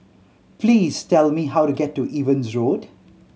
please tell me how to get to Evans Road